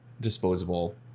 disposable